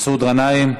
מסעוד גנאים,